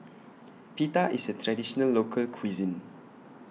Pita IS A Traditional Local Cuisine